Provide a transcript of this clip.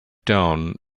down